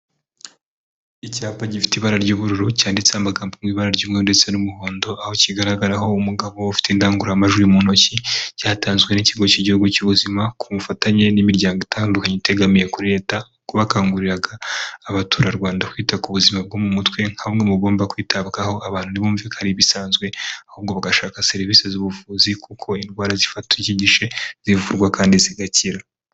Icyapa gifite ibara ry'ubururu cyanditseho amagambo ari mu ibara ry'umweru ndetse n'umuhondo, aho kigaragaraho umugabo ufite indangururamajwi mu ntoki cyatanzwe n'ikigo cy'igihugu cy'ubuzima ku bufatanye n'imiryango itandukanye itegamiye kuri leta, ko bakanguriraga abaturarwanda kwita ku buzima bwo mu mutwe nka bamwe mugomba kwitabwaho abantu ntibumve ko ari ibisanzwe ahubwo bagashaka serivisi z'ubuvuzi kuko indwara zifata iki gice zivurwa kandi zigakira.